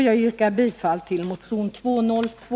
Jag yrkar bifall till motion 202.